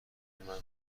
منو